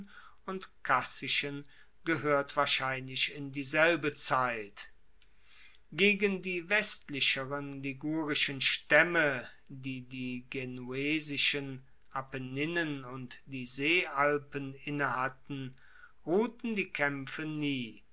und cassischen gehoert wahrscheinlich in dieselbe zeit gegen die westlicheren ligurischen staemme die die genuesischen apenninen und die seealpen innehatten ruhten die kaempfe nie